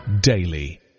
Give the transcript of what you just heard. daily